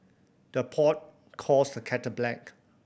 the pot calls the kettle black